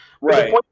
Right